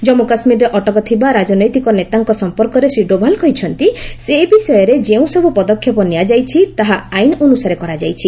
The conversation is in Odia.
ଜମ୍ମୁ କାଶ୍ମୀରରେ ଅଟକ ଥିବା ରାଜନୈତିକ ନେତାଙ୍କ ସମ୍ପର୍କରେ ଶ୍ରୀ ଡୋଭାଲ୍ କହିଛନ୍ତି ଏ ବିଷୟରେ ଯେଉଁସବୁ ପଦକ୍ଷେପ ନିଆଯାଇଛି ତାହା ଆଇନ ଅନୁସାରେ କରାଯାଇଛି